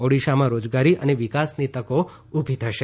ઓડીશામાં રોજગારી અને વિકાસની તકો ઉભી થશે